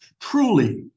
truly